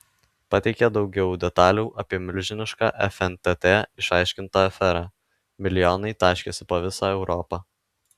pateikė daugiau detalių apie milžinišką fntt išaiškintą aferą milijonai taškėsi po visą europą